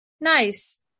nice